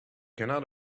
cannot